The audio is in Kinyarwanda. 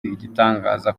igitangaza